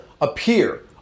appear